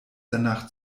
danach